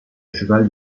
cheval